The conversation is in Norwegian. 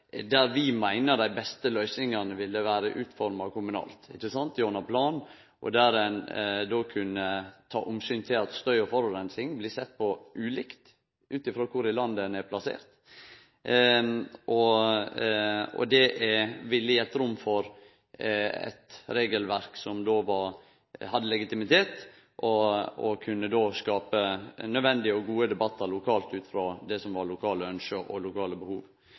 der vi meiner dei beste løysingane ville vere utforma kommunalt gjennom plan, og der ein kunne ta omsyn til at støy og forureining blir ulikt sett på ut frå kvar i landet ein er. Det ville gitt rom for eit regelverk som hadde legitimitet, og kunne då skape nødvendige og gode debattar lokalt ut frå det som var lokale ynskje og lokale behov.